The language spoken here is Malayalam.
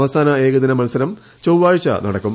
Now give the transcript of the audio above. അവസാന ഏകദിന മത്സരം ചൊവ്വാഴ്ച നടക്കും